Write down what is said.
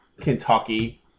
Kentucky